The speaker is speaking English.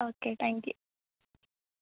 okay thank you